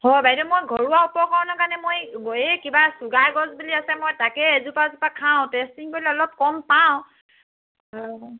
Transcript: হয় বাইদেউ মই ঘৰুৱা উপকৰণৰ কাৰণে মই এই কিবা চুগাৰ গছ বুলি আছে মই তাকে এজোপা এজোপা খাওঁ টেষ্টিং কৰিলে অলপ কম পাওঁ